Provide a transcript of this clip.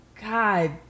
god